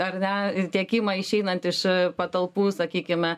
ar ne tiekimą išeinant iš patalpų sakykime